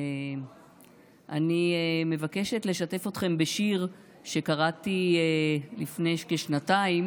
אני מבקשת לשתף אתכם בשיר שקראתי לפני כשנתיים